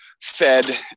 fed